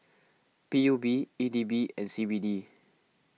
P U B E D B and C B D